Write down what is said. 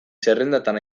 zerrendatan